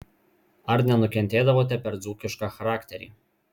ar nenukentėdavote per dzūkišką charakterį